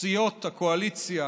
סיעות הקואליציה